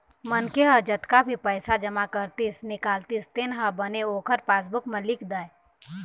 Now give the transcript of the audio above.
मनखे ह जतका भी पइसा जमा करतिस, निकालतिस तेन ह बने ओखर पासबूक म लिख दय